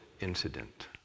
incident